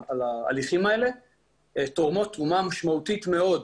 ההליכים האלה תורמות תרומה משמעותית מ אוד